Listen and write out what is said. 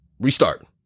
restart